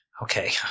Okay